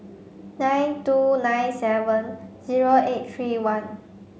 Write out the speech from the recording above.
nine two nine seven zero eight three one